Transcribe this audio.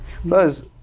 Plus